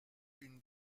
une